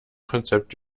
konzept